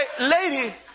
lady